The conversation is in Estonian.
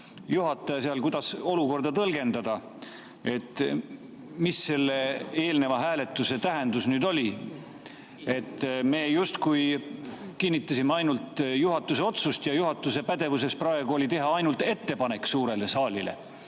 kuidas seda olukorda tõlgendada ja mis selle eelneva hääletuse tähendus oli. Me justkui kinnitasime ainult juhatuse otsust ja juhatuse pädevuses praegu oli teha ainult ettepanek suurele saalile,